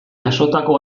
jasotako